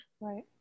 Right